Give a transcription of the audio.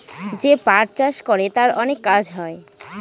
যে পাট চাষ করে তার অনেক কাজ হয়